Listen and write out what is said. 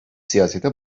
siyasete